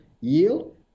yield